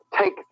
take